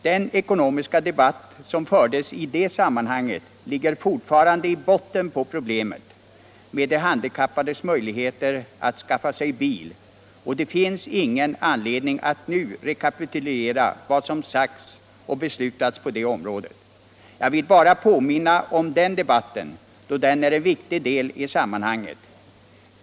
Den ekonomiska debatt som fördes i det sammanhanget ligger fortfarande i botten på problemet med de handikappades möjligheter att skaffa sig bil, och det finns ingen anledning att nu rekapitulera vad som sagts och beslutats på det området. Jag vill bara påminna om den debatten, då den är en viktig del i sammanhanget.